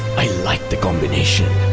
i like the combination.